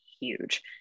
huge